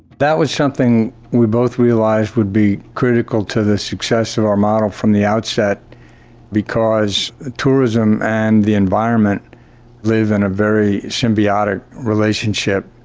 that was something we both realised would be critical to the success of our model from the outset because tourism and the environment live in a very symbiotic relationship.